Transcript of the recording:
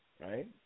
right